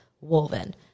Woven